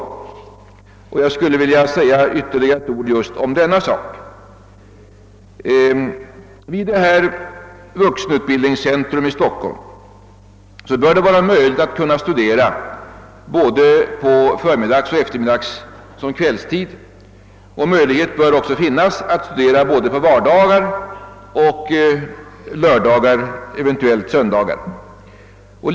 Jag skulle vilja säga ytterligare några ord just om denna sak. Vid vuxenutbildningscentrum i Stockholm bör det vara möjligt att kunna studera både på förmiddagen och eftermiddagen liksom också på kvällstid, och möjlighet bör också finnas att studera på både vardagar och lördagar, eventuellt också på söndagar.